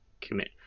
commit